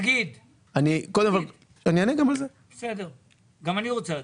תגיד, גם אני רוצה לדעת.